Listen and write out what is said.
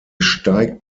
steigt